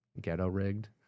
ghetto-rigged